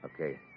Okay